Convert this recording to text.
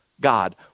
God